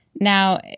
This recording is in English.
Now